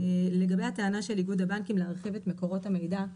לגבי הטענה של איגוד הבנקים להרחיב את מקורות המידע,